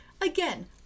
again